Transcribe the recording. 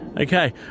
Okay